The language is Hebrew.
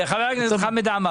חבר הכנסת עמאר,